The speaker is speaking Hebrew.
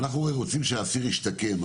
אנחנו הרי רוצים שהאסיר ישתקם,